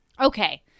Okay